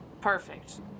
Perfect